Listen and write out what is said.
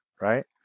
right